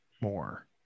more